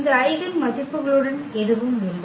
இந்த ஐகென் மதிப்புகளுடன் எதுவும் இல்லை